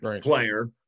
player